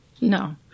No